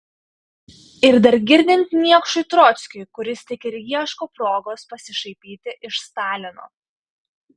ir dar girdint niekšui trockiui kuris tik ir ieško progos pasišaipyti iš stalino